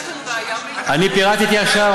אני פירטתי עכשיו,